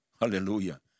Hallelujah